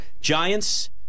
Giants